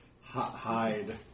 hide